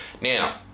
Now